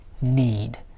need